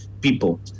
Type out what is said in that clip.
people